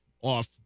off